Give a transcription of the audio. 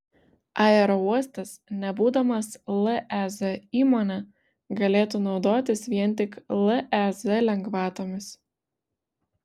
aerouostas nebūdamas lez įmone galėtų naudotis vien tik lez lengvatomis